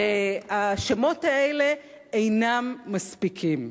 השמות האלה אינם מספיקים.